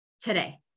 today